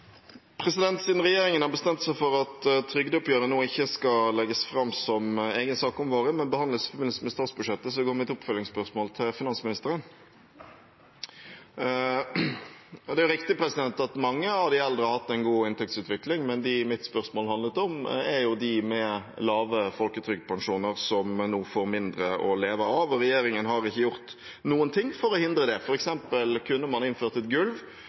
Siden regjeringen har bestemt seg for at trygdeoppgjøret nå ikke skal legges fram som egen sak om våren, men behandles i forbindelse med statsbudsjettet, har jeg et oppfølgingsspørsmål til finansministeren. Det er riktig at mange av de eldre har hatt en god inntektsutvikling, men mitt spørsmål handlet jo om dem med lave folketrygdpensjoner som nå får mindre å leve av. Regjeringen har ikke gjort noe for å hindre det. For eksempel kunne man innført et gulv